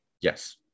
Yes